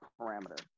parameter